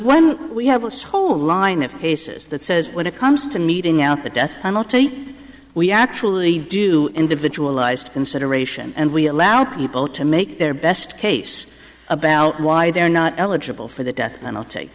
when we have a school line of cases that says when it comes to meeting out the death penalty we actually do individualized consideration and we allow people to make their best case about why they're not eligible for the death penalty